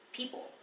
people